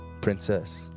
princess